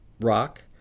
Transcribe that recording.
rock